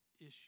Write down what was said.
issue